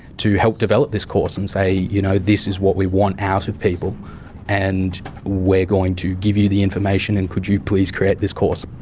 to help develop this course and say you know this is what we want out of people and we're going to give you the information and could you please create this course.